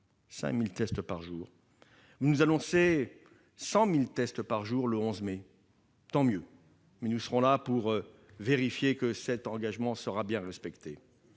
5 000 tests par jour ! Vous nous annoncez 100 000 tests par jour le 11 mai ? Tant mieux ! Mais nous serons là pour vérifier que cet engagement sera bien respecté.